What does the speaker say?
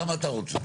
כמה אתה רוצה?